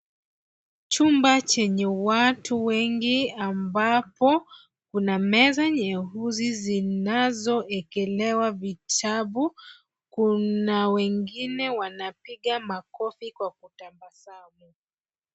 Chumba chenye watu wengi ambapo kuna meza nyeusi zinazoekelewa vitabu. Kuna wengine wanapiga makofi kwa kutabasamu.